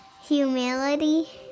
humility